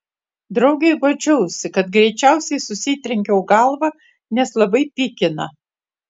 draugei guodžiausi kad greičiausiai susitrenkiau galvą nes labai pykina